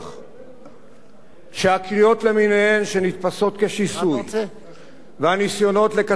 שהקריאות למיניהן שנתפסות כשיסוי והניסיונות לקצר את הדרך הארוכה